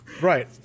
right